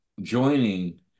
joining